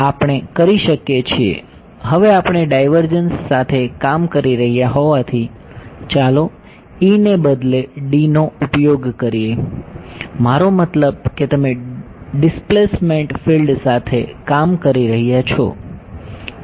આપણે કરી શકીએ છીએ હવે આપણે ડાઈવર્જન્સ સાથે કામ કરી રહ્યા હોવાથી ચાલો E ને બદલે D નો ઉપયોગ કરીએ મારો મતલબ કે તમે ડિસ્પ્લેસ્મેંટ ફિલ્ડ સાથે કામ કરી રહ્યા છો